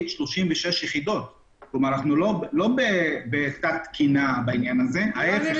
אנחנו לא בתת תקינה בעניין הזה, ההפך.